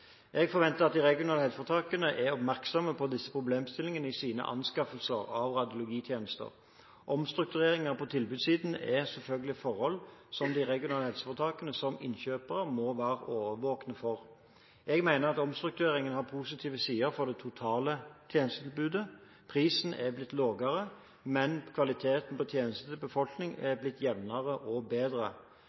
Jeg forventer at de regionale helseforetakene er oppmerksomme på disse problemstillingene i sine anskaffelser av radiologitjenester. Omstruktureringer på tilbydersiden er selvfølgelig forhold som de regionale helseforetakene, som innkjøpere, må være årvåkne for. Jeg mener at omstruktureringen har positive sider for det totale tjenestetilbudet. Prisene er blitt lavere, mens kvaliteten på tjenestene til befolkningen er blitt jevnere og bedre.